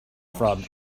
from